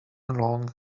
along